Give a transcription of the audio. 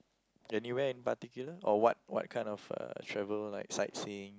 anywhere in particular or what what kind of uh travel like sightseeing